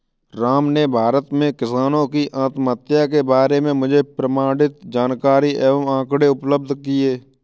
राम ने भारत में किसानों की आत्महत्या के बारे में मुझे प्रमाणित जानकारी एवं आंकड़े उपलब्ध किये